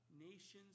nations